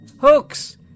Hooks